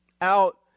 out